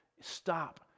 stop